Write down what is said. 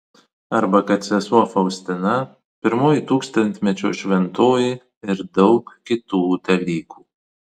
arba kad sesuo faustina pirmoji tūkstantmečio šventoji ir daug kitų dalykų